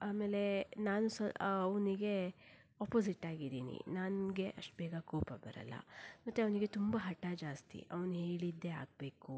ಆಮೇಲೆ ನಾನು ಸ್ವ ಅವನಿಗೆ ಆಪೊಸಿಟ್ಟಾಗಿದ್ದೀನಿ ನನಗೆ ಅಷ್ಟು ಬೇಗ ಕೋಪ ಬರಲ್ಲ ಮತ್ತು ಅವನಿಗೆ ತುಂಬ ಹಠ ಜಾಸ್ತಿ ಅವನು ಹೇಳಿದ್ದೇ ಆಗಬೇಕು